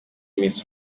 miss